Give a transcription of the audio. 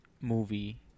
movie